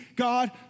God